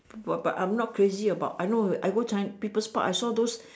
what but I'm not crazy about I know I go china people's park I saw those